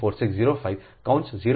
4605 કૌંસ 0